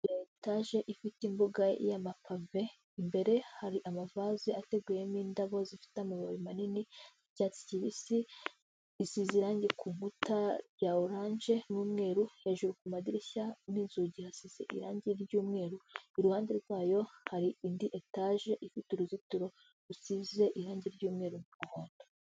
Inzu ya etaje ifite imbuga y'amapave, imbere hari amavaze ateguyemo indabo zifite amababi manini y'icyatsi kibisi, isize irangi ku nkuta rya oranje n'umweru, hejuru ku madirishya n'inzugi hasize irangi ry'umweru, iruhande rwayo hari indi etaje ifite uruzitiro rusize irangi ry'umweru n'umuhondo.